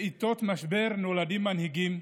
בעיתות משבר נולדים מנהיגים.